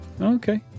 okay